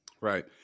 Right